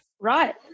Right